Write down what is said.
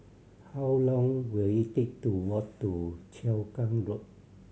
how long will it take to walk to Cheow Keng Road